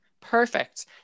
Perfect